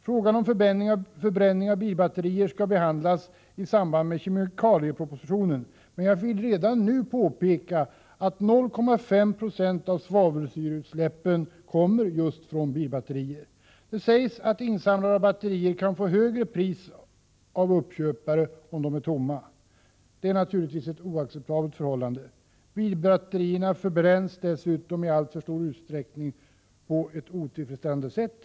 Frågan om förbränning av bilbatterier skall behandlas i samband med kemikaliepropositionen, men jag vill redan nu påpeka att 0,5 90 av svavelsyreutsläppen kommer från just bilbatterier. Det sägs att man för insamlade batterier kan få ett högre pris av uppköpare om batterierna är tomma. Det är naturligtvis ett oacceptabelt förhållande. Bilbatterierna förbränns dessutom i alltför stor utsträckning på ett otillfredsställande sätt.